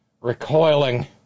recoiling